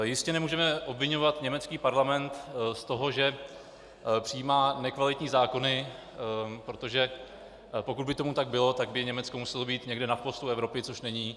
Jistě nemůžeme obviňovat německý parlament z toho, že přijímá nekvalitní zákony, protože pokud by tomu tak bylo, tak by Německo muselo být někde na chvostu Evropy, což není.